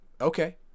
okay